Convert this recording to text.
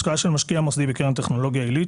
השקעה של משקיע מוסדי בקרן טכנולוגיה עילית,